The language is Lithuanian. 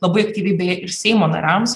labai aktyviai beje ir seimo nariams